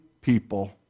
people